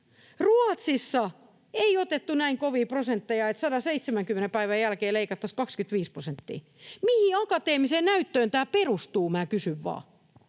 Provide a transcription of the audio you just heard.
Ruotsissa ei otettu näin kovia prosentteja, että 170 päivän jälkeen leikattaisiin 25 prosenttia. Mihin akateemiseen näyttöön tämä perustuu? Minä kysyn vaan.